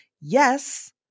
Yes